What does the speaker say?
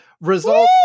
result